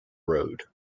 road